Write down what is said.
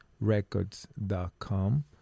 records.com